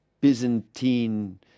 Byzantine